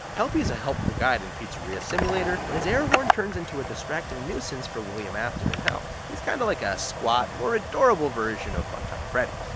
helpy is a helpful guide in pizzeria simulator, but his air horn turns into a distracting nuisance for william afton in hell. he's kinda like a squat, more adorable version of funtime freddy.